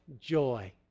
joy